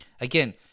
again